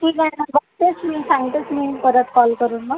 ठीक आहे ना बघतेच मी सांगतेच मी परत कॉल करून मग